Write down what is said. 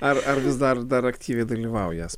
ar ar vis dar aktyviai dalyvaujantęs